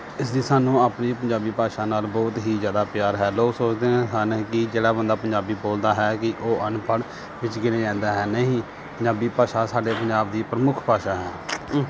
ਇਸ ਲਈ ਸਾਨੂੰ ਆਪਣੀ ਪੰਜਾਬੀ ਭਾਸ਼ਾ ਨਾਲ ਬਹੁਤ ਹੀ ਜ਼ਿਆਦਾ ਪਿਆਰ ਹੈ ਲੋਕ ਸੋਚਦੇ ਹਨ ਕਿ ਜਿਹੜਾ ਬੰਦਾ ਪੰਜਾਬੀ ਬੋਲਦਾ ਹੈ ਕਿ ਉਹ ਅਨਪੜ੍ਹ ਵਿੱਚ ਗਿਣਿਆ ਜਾਂਦਾ ਹੈ ਨਹੀਂ ਪੰਜਾਬੀ ਭਾਸ਼ਾ ਸਾਡੇ ਪੰਜਾਬ ਦੀ ਪ੍ਰਮੁੱਖ ਭਾਸ਼ਾ ਹੈ